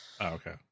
okay